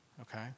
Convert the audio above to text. Okay